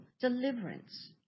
deliverance